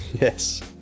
Yes